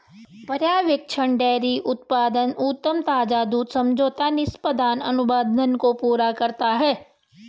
पर्यवेक्षण डेयरी उत्पाद उद्यम ताजा दूध समझौते निष्पादन अनुबंध को पूरा करता है